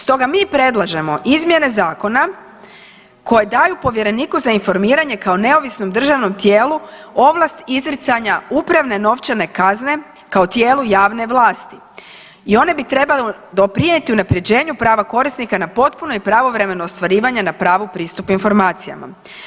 Stoga mi predlažemo izmjene zakona koje daju povjereniku za informiranje kao neovisnom državnom tijelu ovlast izricanja upravne novčane kazne kao tijelu javne vlasti i one bi trebale doprinijeti unapređenju prava korisnika na potpuno i pravovremeno ostvarivanje na pravu pristupa informacijama.